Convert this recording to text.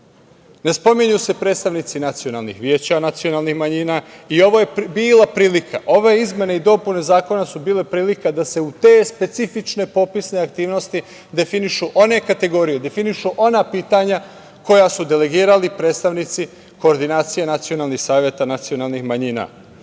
Ne spominju se predstavnici nacionalnih veća nacionalnih manjina i ovo je bila prilika, ove izmene i dopune zakona su bile prilika da se u te specifične popisne aktivnosti definišu one kategorije, definišu ona pitanja koja su delegirali predstavnici koordinacije nacionalnih saveta nacionalnih manjina. Svima